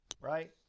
right